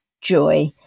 joy